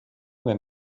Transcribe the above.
wenn